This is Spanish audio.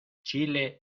chile